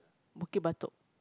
Bukit-Batok